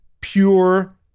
pure